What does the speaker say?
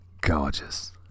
Gorgeous